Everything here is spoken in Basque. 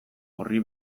orri